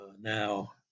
now